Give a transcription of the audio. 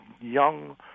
young